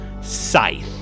scythe